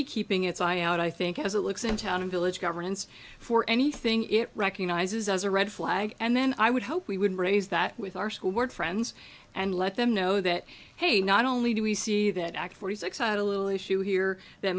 be keeping its eye out i think as it looks in town and village governance for anything it recognizes as a red flag and then i would hope we would raise that with our school board friends and let them know that hey not only do we see that ak forty six had a little issue here that